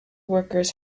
workers